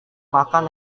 makan